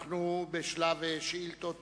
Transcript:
אנחנו בשלב שאילתות